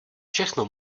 všechno